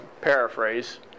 paraphrase